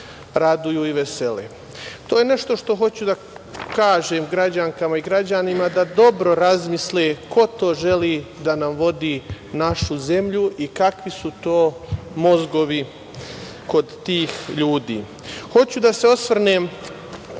raduju i vesele. To je nešto što hoću da kažem građankama i građanima, da dobro razmisle ko to želi da nam vodi našu zemlju i kakvi su to mozgovi kod tih ljudi. Hoću da se osvrnem,